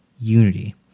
unity